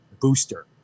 booster